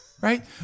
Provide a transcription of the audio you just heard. Right